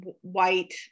white